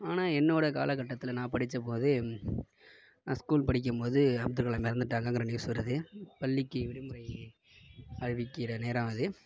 ஆனால் என்னோட காலகட்டத்தில் நான் படிச்சபோது நான் ஸ்கூல் படிக்கும்போது அப்துல் கலாம் இறந்துட்டாங்கன்ற நியூஸ் வருது பள்ளிக்கு விடுமுறை அறிவிக்கிற நேரம் அது